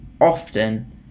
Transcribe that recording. often